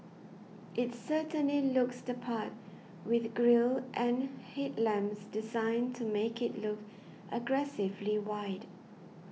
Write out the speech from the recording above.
it certainly looks the part with grille and headlamps designed to make it look aggressively wide